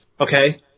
Okay